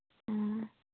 ꯑꯥ